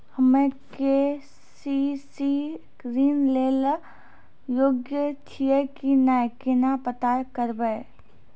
हम्मे के.सी.सी ऋण लेली योग्य छियै की नैय केना पता करबै?